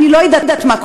אני לא יודעת מה,